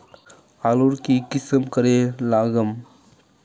आलूर की किसम करे लागम?